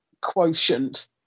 quotient